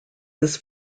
his